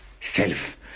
self